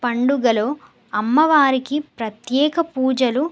పండుగలో అమ్మవారికి ప్రత్యేక పూజలు